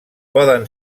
poden